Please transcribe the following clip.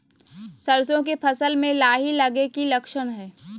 सरसों के फसल में लाही लगे कि लक्षण हय?